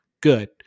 good